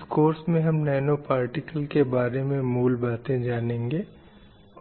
इस कोर्स में हम नैनो पार्टिकल के बारे में मूल बातें जानेंगे